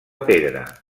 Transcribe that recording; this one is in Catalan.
pedra